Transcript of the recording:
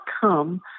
come